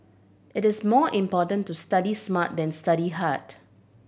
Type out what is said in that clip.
it is more important to study smart than study hard